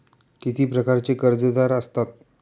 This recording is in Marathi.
किती प्रकारचे कर्जदार असतात